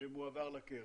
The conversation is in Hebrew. שמועבר לקרן.